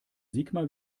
sigmar